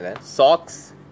Socks